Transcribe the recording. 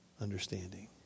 understanding